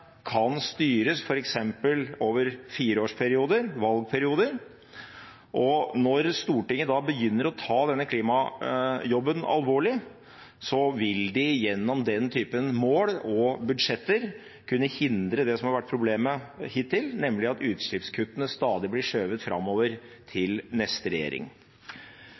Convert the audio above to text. kan styres, f.eks. over fireårsperioder, valgperioder. Når Stortinget begynner å ta denne klimajobben alvorlig, vil de gjennom den typen mål og budsjetter kunne hindre det som har vært problemet hittil, nemlig at utslippskuttene stadig blir skjøvet framover til neste regjering.